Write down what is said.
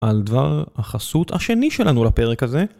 על דבר החסות השני שלנו לפרק הזה.